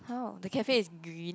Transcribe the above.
how the cafe is green